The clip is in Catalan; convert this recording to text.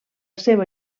seva